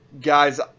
guys